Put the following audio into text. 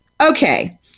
Okay